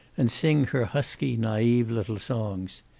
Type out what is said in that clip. and sing her husky, naive little songs.